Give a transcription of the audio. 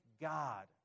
God